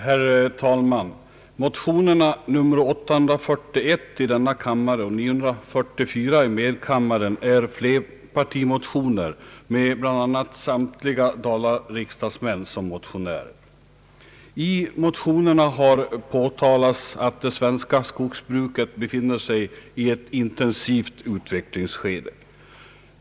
Herr talman! Motionerna I: 841 och II: 944 är flerpartimotioner med bl.a. samtliga dalariksdagsmän som motionärer. I motionerna har påtalats att det svenska skogsbruket befinner sig i ett intensivt utvecklingsskede.